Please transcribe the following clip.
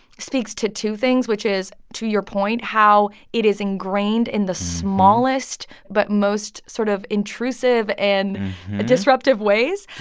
speaks to two things, which is, to your point, how it is ingrained in the smallest but most sort of intrusive and disruptive ways.